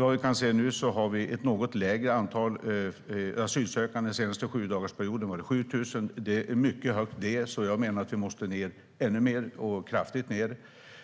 Vad vi kan se nu har vi ett något lägre antal asylsökande. Den senaste sjudagarsperioden var det 7 000. Det är mycket högt även det, så jag menar att det måste ned ännu mer - kraftigt ned.